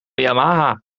yamaha